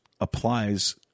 applies